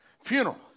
funeral